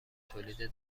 تولید